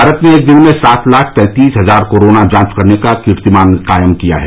भारत ने एक दिन में सात लाख तैंतीस हजार कोरोना जांच करने का कीर्तिमान कायम किया है